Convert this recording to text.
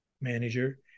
manager